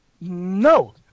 No